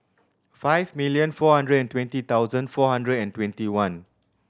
five million four hundred and twenty thousand four hundred and twenty one